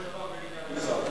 לכל דבר ועניין הוא שר.